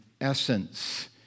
essence